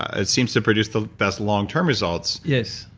it seems to produce the best long-term results yes.